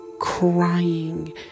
crying